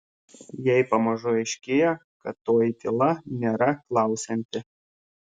jai pamažu aiškėjo kad toji tyla nėra klausianti